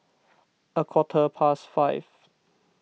a quarter past five